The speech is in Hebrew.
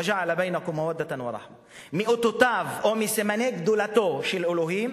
וג'על בינכּם מוודתן ורחמה"; מאותותיו או מסימני גדולתו של אלוהים,